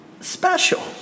special